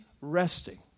resting